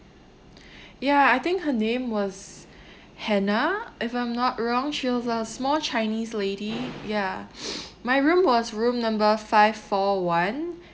ya I think her name was hannah if I'm not wrong she was a small chinese lady ya my room was room number five four one